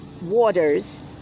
waters